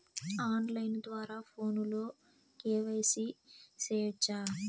on line ద్వారా ఫోనులో KYC సేయొచ్చా